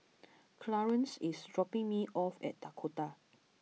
Clarance is dropping me off at Dakota